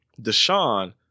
Deshaun